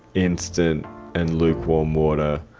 instant and lukewarm water.